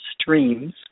streams